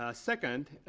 ah second,